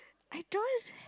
I don't